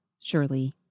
surely